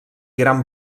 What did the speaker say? gran